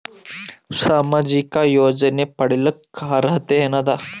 ಸಾಮಾಜಿಕ ಯೋಜನೆ ಪಡಿಲಿಕ್ಕ ಅರ್ಹತಿ ಎನದ?